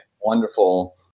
wonderful